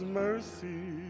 mercy